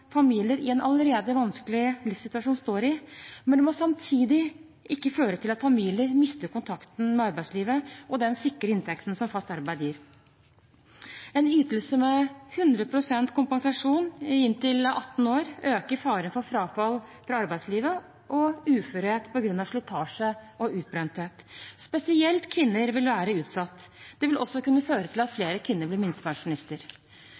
familier i en allerede vanskelig livssituasjon trenger, men det må samtidig ikke føre til at familier mister kontakten med arbeidslivet og den sikre inntekten som fast arbeid gir. En ytelse med 100 pst. kompensasjon i inntil 18 år øker faren for frafall fra arbeidslivet og uførhet på grunn av slitasje og utbrenthet. Spesielt kvinner vil være utsatt. Det vil også kunne føre til at